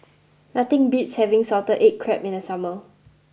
nothing beats having Salted Egg Crab in the summer